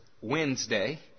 Wednesday